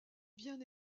bien